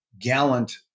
gallant